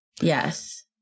Yes